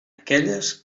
aquelles